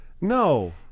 no